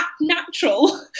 natural